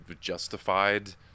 justified